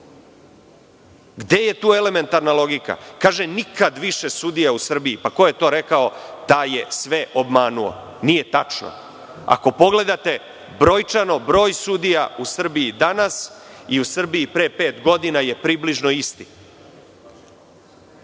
Gde je tu elementarna logika? Kaže – nikad više sudija u Srbiji. Ko je to rekao, taj je sve obmanuo. Nije tačno. Ako pogledate brojčano, broj sudija u Srbiji danas i u Srbiji pre pet godina je približno isti.